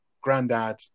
Grandad